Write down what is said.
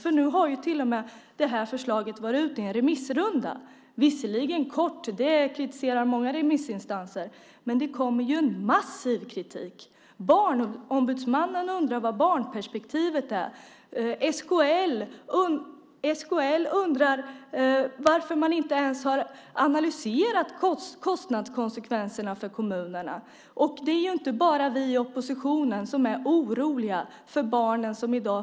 Nu har förslaget till och med varit med i en remissrunda. Rundan har varit kort, och det kritiserar många remissinstanser, men det kommer en massiv kritik. Barnombudsmannen undrar var barnperspektivet är. SKL undrar varför man inte ens har analyserat kostnadskonsekvenserna för kommunerna. Det är inte bara vi i oppositionen som är oroliga för barnen i förskolan i dag.